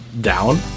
down